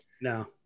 No